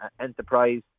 enterprise